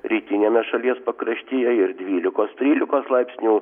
rytiniame šalies pakraštyje ir dvylikos trylikos laipsnių